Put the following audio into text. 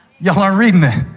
y'all aren't reading it.